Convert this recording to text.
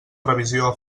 revisió